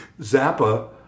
Zappa